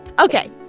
ok,